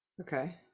Okay